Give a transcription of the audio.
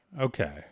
Okay